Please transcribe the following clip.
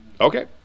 okay